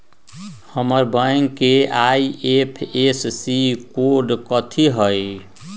हमर बैंक के IFSC code कथि हई?